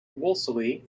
wolseley